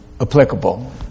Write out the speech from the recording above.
applicable